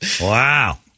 Wow